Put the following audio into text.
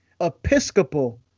Episcopal